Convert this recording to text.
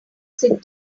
sit